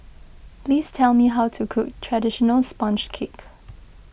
please tell me how to cook Traditional Sponge Cake